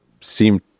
seem